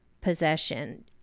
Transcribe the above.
possession